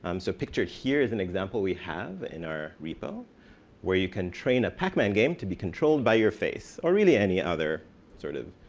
um so pictured here is an example we have in our repo where you can train a pacman game to be controlled by your face or really any other sort of